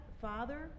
father